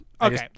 Okay